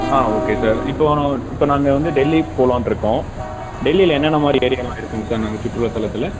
ஆ okay sir இப்போது நான் இப்போ நாங்கள் வந்து டெல்லி போகலான்ட்ருக்கோம் டெல்லியில் என்னென்ன மாதிரி ஏரியாலாம் இருக்குதுங்க சார் நாங்கள் சுற்றுலாத்தலத்தில்